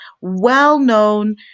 well-known